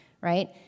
right